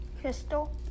Crystal